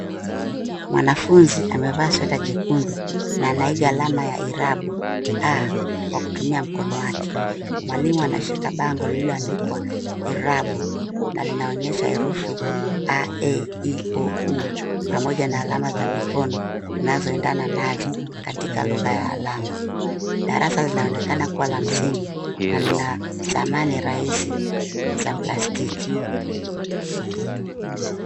Mwanafunzi amevaa sweta jekundu na anaiga alama ya irabu; a, kwa kutumia mkono wake. Mwalimu anashika bango lililoandikwa; irabu na linaonyesha herufi a,e,i,o,u pamoja na alama za mikono zinazoendana nazo katika lugha ya alama. Darasa linaonekana kuwa la msingi na lina samani rahisi za plastiki.